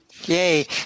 Yay